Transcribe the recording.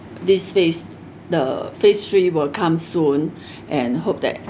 this phase the phase three will come soon and hope that